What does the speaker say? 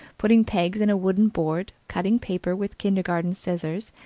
putting pegs in a wooden board, cutting paper with kindergarten scissors,